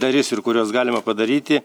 darys ir kuriuos galima padaryti